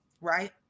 right